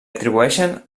atribueixen